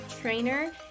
trainer